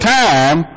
time